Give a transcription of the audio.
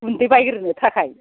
गुन्दै बायग्रोनो थाखाय